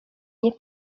nie